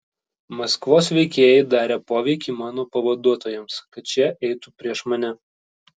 maskvos veikėjai darė poveikį mano pavaduotojams kad šie eitų prieš mane